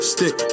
Stick